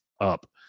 up